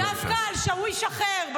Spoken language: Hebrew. דווקא על שאוויש אחר,